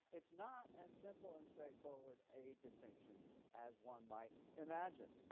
it's not as simple and straightforward a distinction as one might imagine.